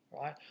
right